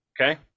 okay